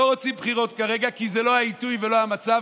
אנחנו לא רוצים בחירות כרגע כי זה לא העיתוי ולא המצב,